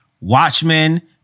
Watchmen